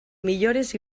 millores